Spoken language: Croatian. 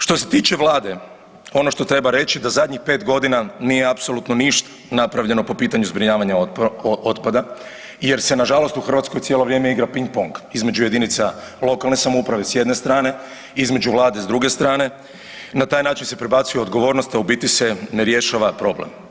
Što se tiče vlade, ono što treba reći da zadnjih 5.g. nije apsolutno ništa napravljeno po pitanju zbrinjavanja otpada jer se nažalost u Hrvatskoj cijelo vrijeme igra ping pong između JLS-ova s jedne strane, između vlade s druge strane i na taj način se prebacuje odgovornost, a u biti se ne rješava problem.